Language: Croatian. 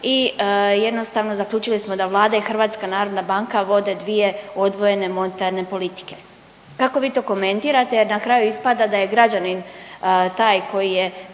i jednostavno, zaključili smo da Vlada i HNB vode dvije odvojene monetarne politike. Kako vi to komentirate jer na kraju ispada da je građanin taj koji je